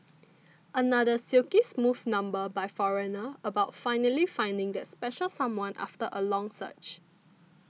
another silky smooth number by Foreigner about finally finding that special someone after a long search